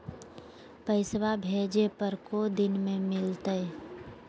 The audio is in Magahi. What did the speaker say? पैसवा भेजे पर को दिन मे मिलतय?